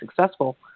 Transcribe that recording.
successful